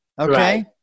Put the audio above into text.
okay